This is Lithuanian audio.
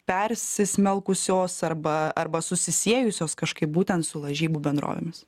persismelkusios arba arba susisiejusios kažkaip būtent su lažybų bendrovėmis